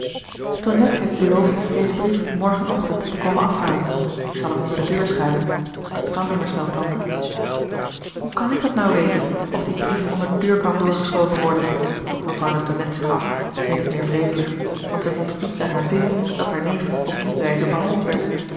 tonnette heeft beloofd dezen brief morden ochtend te komen afhalen ik zal hem onder de deur schuiven dat kan immers wel tante hoe kan ik dat nu weten of die brief onder de deur kan doorgeschoven worden vroeg mevrouw de tonnette zich af min of meer wrevelig want zij vond het niet naar haar zin dat haar neef op die wijze behandeld werd